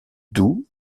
doubs